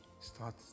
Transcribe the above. start